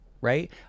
right